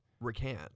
recant